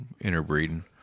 interbreeding